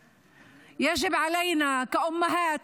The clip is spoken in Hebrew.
וגם אם היא של הממשלה,